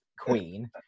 queen